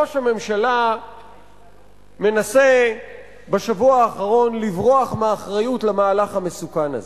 ראש הממשלה מנסה בשבוע האחרון לברוח מאחריות למהלך המסוכן הזה.